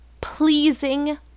pleasing